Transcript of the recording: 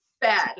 Bad